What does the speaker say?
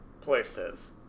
places